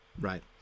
right